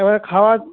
হ্যাঁ খাওয়ার